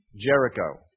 Jericho